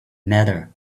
matter